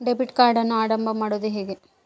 Debit ಕಾರ್ಡನ್ನು ಆರಂಭ ಮಾಡೋದು ಹೇಗೆ?